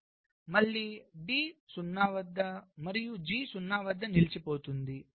మళ్ళీ D 0 వద్ద మరియు G 0 వద్ద నిలిచిపోతుంది